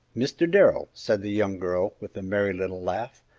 mr. darrell, said the young girl, with a merry little laugh,